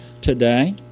today